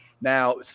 Now